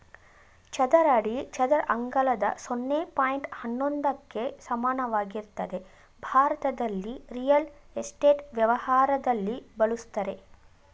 ಚದರ ಅಡಿ ಚದರ ಅಂಗಳದ ಸೊನ್ನೆ ಪಾಯಿಂಟ್ ಹನ್ನೊಂದಕ್ಕೆ ಸಮಾನವಾಗಿರ್ತದೆ ಭಾರತದಲ್ಲಿ ರಿಯಲ್ ಎಸ್ಟೇಟ್ ವ್ಯವಹಾರದಲ್ಲಿ ಬಳುಸ್ತರೆ